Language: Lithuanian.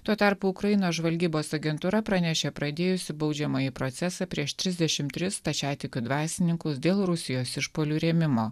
tuo tarpu ukrainos žvalgybos agentūra pranešė pradėjusi baudžiamąjį procesą prieš trisdešim tris stačiatikių dvasininkus dėl rusijos išpuolių rėmimo